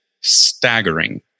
staggering